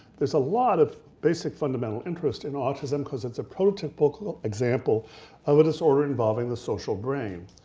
there's a lot of basic fundamental interest in autism cause it's a protypical example of a disorder involving the social brain.